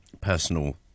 personal